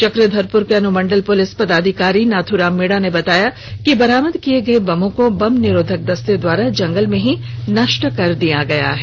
चक्रधरपुर के अनुमंडल पुलिस पदाधिकारी नाथूराम मीणा ने बताया कि बरामद किए गए बमों को बम निरोधक दस्ते के द्वारा जंगल में ही भी नष्ट कर दिया गया है